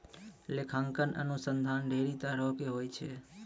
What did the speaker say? लेखांकन अनुसन्धान ढेरी तरहो के होय छै